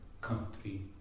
country